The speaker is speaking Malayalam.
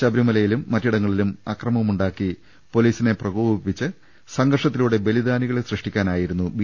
ശബരിമലയിലും മറ്റിടങ്ങളിലും അക്രമമുണ്ടാക്കി പൊലീസിനെ പ്രകോപിപ്പിച്ച് സ്ള്ഷത്തിലൂടെ ബലി ദാനികളെ സൃഷ്ടിക്കാനായിരുന്നു ബി